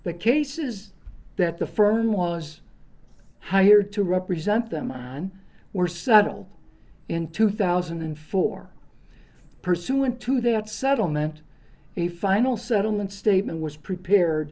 the cases that the firm was hired to represent them on were settled in two thousand and four pursuant to that settlement a final settlement statement was prepared